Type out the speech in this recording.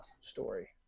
story